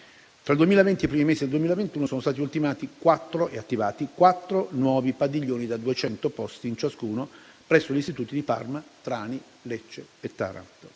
Tra il 2020 e i primi mesi del 2021, sono stati ultimati e attivati quattro nuovi padiglioni da 200 posti ciascuno, presso gli istituti di Parma, Trani, Lecce e Taranto.